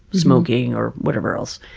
smoking or whatever else.